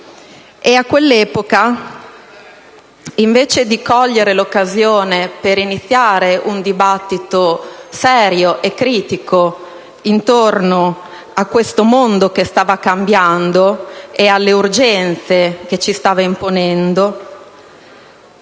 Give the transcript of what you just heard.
A quell'epoca, invece di cogliere l'occasione per iniziare un dibattito serio e critico intorno a questo mondo che stava cambiando e alle urgenze che ci stava imponendo,